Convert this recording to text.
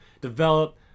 develop